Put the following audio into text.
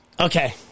Okay